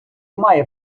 немає